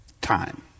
time